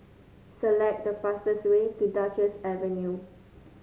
select the fastest way to Duchess Avenue